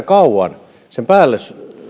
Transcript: kauan sen päälle